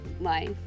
life